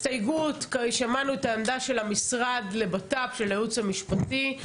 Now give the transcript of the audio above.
בנוגע להסתייגות שמענו את העמדה של המשרד לבט"פ של הייעוץ המשפטי,